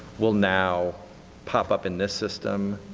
will now pop up in this system,